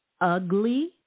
ugly